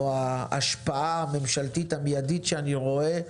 או ההשפעה הממשלתית המידית שאני רואה,